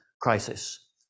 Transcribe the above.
crisis